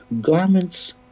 garments